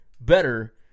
better